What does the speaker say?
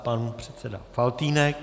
Pan předseda Faltýnek.